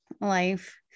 life